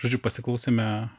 žodžiu pasiklausėme